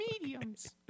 mediums